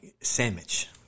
sandwich